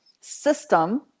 system